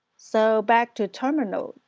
so, back to terminal,